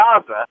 Gaza